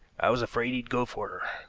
i was afraid he'd go for her.